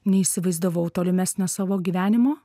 neįsivaizdavau tolimesnio savo gyvenimo